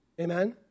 Amen